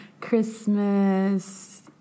Christmas